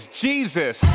Jesus